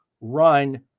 Run